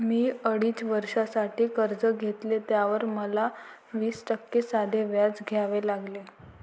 मी अडीच वर्षांसाठी कर्ज घेतले, त्यावर मला वीस टक्के साधे व्याज द्यावे लागले